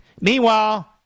Meanwhile